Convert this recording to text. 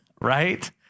right